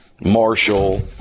Marshall